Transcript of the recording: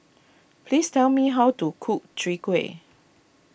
please tell me how to cook Chwee Kueh